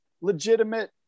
legitimate